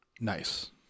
Nice